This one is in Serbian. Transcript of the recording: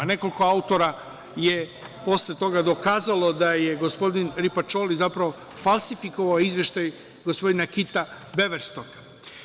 Nekoliko autora je posle toga dokazalo da je gospodin Ripačoli zapravo falsifikovao izveštaj gospodina Kita Beverstoka.